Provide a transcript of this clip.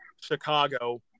Chicago